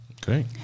Great